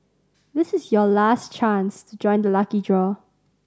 this is your last chance to join the lucky draw